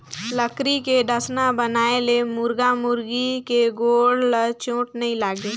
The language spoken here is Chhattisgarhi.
लकरी के डसना बनाए ले मुरगा मुरगी के गोड़ ल चोट नइ लागे